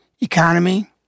economy